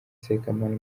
sekamana